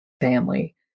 family